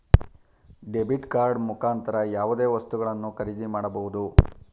debit card ಮುಖಾಂತರ ಯಾವುದೇ ವಸ್ತುಗಳನ್ನು ಖರೀದಿ ಮಾಡಬಹುದು